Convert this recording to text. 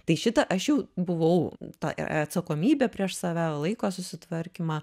tai šitą aš jau buvau tą e a atsakomybę prieš save laiko susitvarkymą